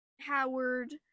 Howard